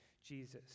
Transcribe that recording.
Jesus